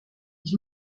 ich